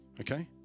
Okay